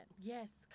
Yes